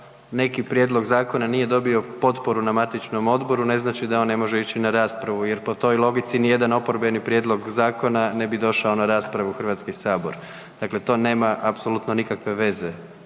neki prijedlog zakona nije dobio potporu na matičnom odboru, ne znači da on ne može ići na raspravu jer po toj logici, nijedan oporbeni prijedlog zakona ne bi došao na raspravu u Hrvatski sabor. Dakle, to nema apsolutno nikakve veze,